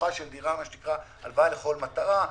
בבטוחה של דירה, מה שנקרא הלוואה לכל מטרה.